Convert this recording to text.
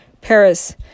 Paris